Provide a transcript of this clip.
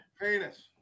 Penis